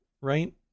right